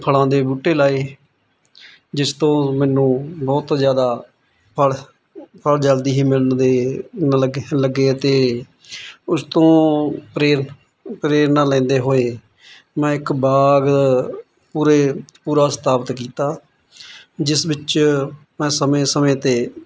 ਫਲਾਂ ਦੇ ਬੂਟੇ ਲਗਾਏ ਜਿਸ ਤੋਂ ਮੈਨੂੰ ਬਹੁਤ ਜ਼ਿਆਦਾ ਫਲ ਫਲ ਜਲਦੀ ਹੀ ਮਿਲਣ ਦੇ ਲੱਗੇ ਲੱਗੇ ਅਤੇ ਉਸ ਤੋਂ ਪ੍ਰੇਰਿਤ ਪ੍ਰੇਰਨਾ ਲੈਂਦੇ ਹੋਏ ਮੈਂ ਇੱਕ ਬਾਗ ਪੂਰੇ ਪੂਰਾ ਸਥਾਪਿਤ ਕੀਤਾ ਜਿਸ ਵਿੱਚ ਮੈਂ ਸਮੇਂ ਸਮੇਂ 'ਤੇ